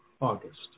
August